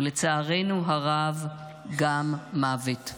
ולצערנו הרב גם מוות.